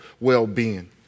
well-being